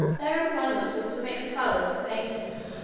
their employment was to mix colours for painters,